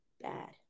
bad